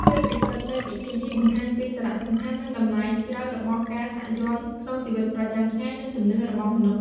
ភាពពិសិដ្ឋនៃពិធីនេះ បង្ហាញពីសារៈសំខាន់ និងតម្លៃជ្រៅរបស់ការសាក់យ័ន្តក្នុងជីវិតប្រចាំថ្ងៃ និងជំនឿរបស់មនុស្ស។